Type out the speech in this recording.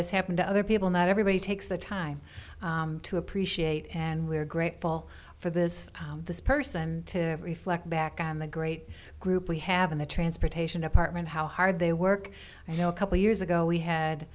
has happened to other people not everybody takes the time to appreciate and we're grateful for this this person to reflect back on the great group we have in the transportation department how hard they work i know a couple years ago we had